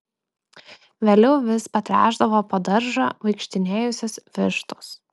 vėliau vis patręšdavo po daržą vaikštinėjusios vištos